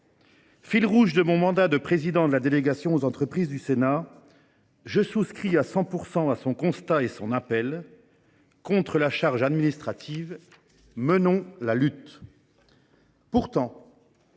fil rouge de mon mandat de président de la délégation sénatoriale aux entreprises, je souscris à 100 % à son constat et à son appel : contre la charge administrative, menons la lutte